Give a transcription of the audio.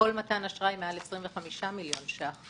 כל מתן אשראי מעל 25 מיליון ₪